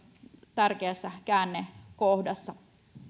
tärkeässä käännekohdassa